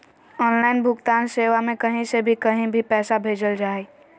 online भुगतान सेवा में कही से भी कही भी पैसा भेजल जा हइ